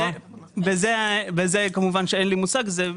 בזה כמובן שאין לי מושג זה,